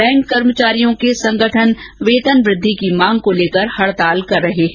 bank कर्मचारियों के संगठन वेतन वृद्धि की मांग को लेकर हड़ताल कर रहे हैं